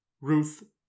Ruth